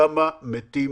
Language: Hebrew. כמה מתים